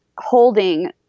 holding